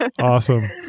Awesome